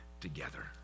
together